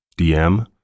DM